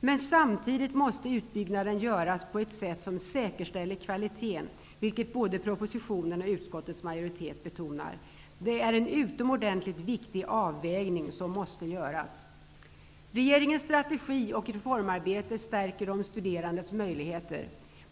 Men samtidigt måste utbyggnaden göras på ett sätt som säkerställer kvaliteten, vilket betonas både i propositionen och av utskottets majoritet. Det är en utomordentligt viktig avvägning som måste göras. Regeringens strategi och reformarbete stärker de studerandes möjligheter.